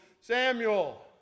Samuel